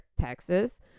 texas